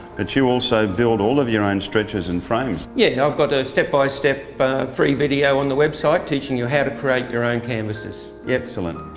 but you also build all of your own stretchers and frames. yeah, i've got a step by step free video on the website teaching you how to create your own canvases. excellent.